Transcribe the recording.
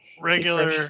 Regular